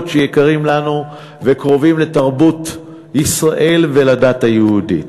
שיקרות לנו וקרובים לתרבות ישראל ולדת היהודית.